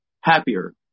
happier